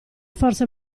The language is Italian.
forse